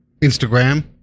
Instagram